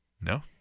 No